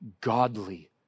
godly